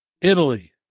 Italy